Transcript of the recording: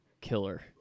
killer